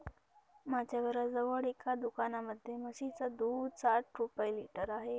माझ्या घराजवळ एका दुकानामध्ये म्हशीचं दूध साठ रुपये लिटर आहे